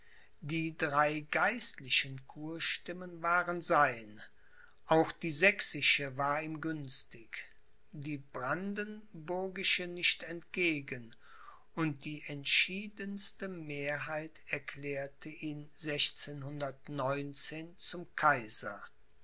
die drei geistlichen kurstimmen waren sein auch die sächsische war ihm günstig die brandenburgische nicht entgegen und die entschiedenste mehrheit erklärte ihn zum kaiser